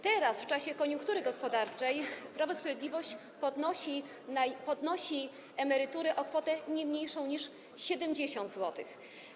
Teraz, w czasie koniunktury gospodarczej, Prawo i Sprawiedliwość podnosi emerytury o kwotę nie mniejszą niż 70 zł.